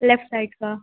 left side کا